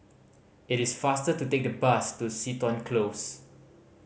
it is faster to take the bus to Seton Close